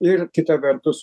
ir kita vertus